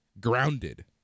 grounded